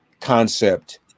concept